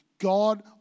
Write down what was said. God